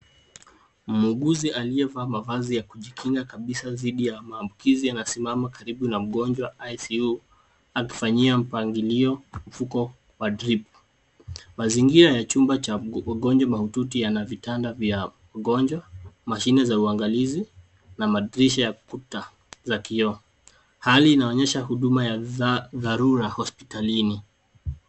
Muuguji aliyevaa mavazi ya kujikinga kabisa dhidi ya maambukizi anasimama karibu na mgonjwa icu akifanyia mpangilio. Mfuko wa drip . Mazingira ya chumba cha mgojwa mahututi yana vitanda vya mgonjwa, mashine za uangalizi na madirisha ya kuta za kioo. Hali inaonyesha huduma ya dharura hospitalini.